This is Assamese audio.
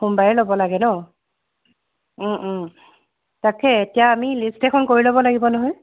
সোমবাৰে ল'ব লাগে ন' তাকে এতিয়া আমি লিষ্ট এখন কৰি ল'ব লাগিব নহয়